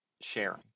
sharing